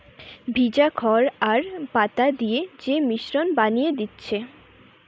ভিজা খড় আর পাতা দিয়ে যে মিশ্রণ বানিয়ে দিচ্ছে